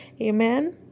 amen